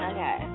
Okay